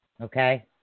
Okay